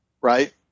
right